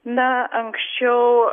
na anksčiau